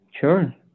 Sure